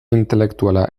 intelektuala